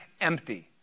empty